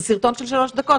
זה סרטון של שלוש דקות,